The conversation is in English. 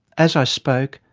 as i spoke,